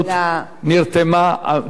דובר על מיליארד שקלים,